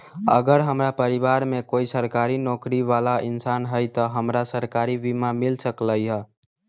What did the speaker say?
अगर हमरा परिवार में कोई सरकारी नौकरी बाला इंसान हई त हमरा सरकारी बीमा मिल सकलई ह?